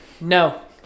no